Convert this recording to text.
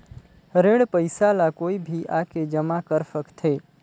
ऋण पईसा ला कोई भी आके जमा कर सकथे?